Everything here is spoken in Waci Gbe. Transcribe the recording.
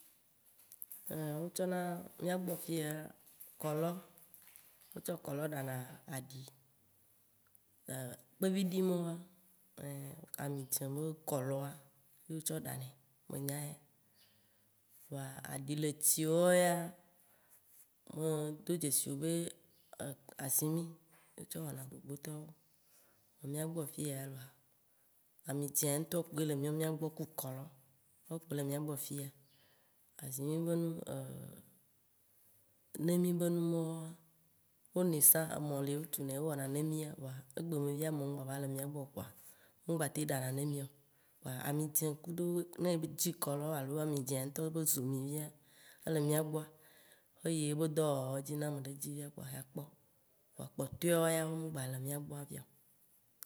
wotsɔna mìagbɔ fiya, kɔlɔ, wotsɔ kɔlɔ ɖana aɖi. kpeviɖi mawoa, amidzĩ be kɔlɔ a ye wotsɔ ɖanae menya eya, vɔa aɖiletiwo ya, medo dzesi be azimi wotsɔ wɔna gbgbotɔwo. Le mìagbɔ fiya ya la, amidzĩ ŋtɔ kpoe le miɔ mìa gbɔ ku kɔlɔ woawo kpoe le mìagbɔ fiya. Woawo kpoe le mìagbɔ fiya. Azimi be nu nemi be numɔwo wonɔe sã, emɔ li wotunɛ wowɔna nemi ya voa egbe me fia emɔ ŋgba va le mìagbɔ o kpoa wo mgbatem ɖana nemi o kpoa amidzĩ kudo ne ele dzi kɔlɔ alo amidzĩa wo be zomi fia, ele mìa gbɔa eye bedɔ edzĩnam le edzĩ mia gbɔa ya kpɔ voa kpotɔawoa, omgba le mìa gbɔ fia,